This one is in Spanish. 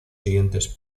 siguientes